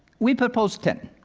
we propose ten.